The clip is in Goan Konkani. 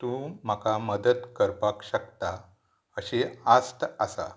तूं म्हाका मदत करपाक शकता अशी आस्त आसा